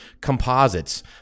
Composites